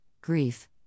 grief